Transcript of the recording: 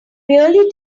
really